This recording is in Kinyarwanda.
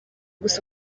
gusa